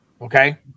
Okay